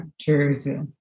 Jersey